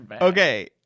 okay